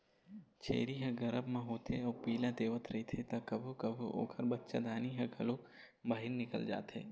छेरी ह गरभ म होथे अउ पिला देवत रहिथे त कभू कभू ओखर बच्चादानी ह घलोक बाहिर निकल जाथे